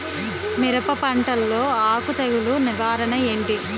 మిరప పంటలో ఆకు తెగులు నివారణ ఏంటి?